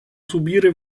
subire